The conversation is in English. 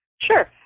Sure